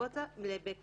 הבריאות